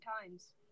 times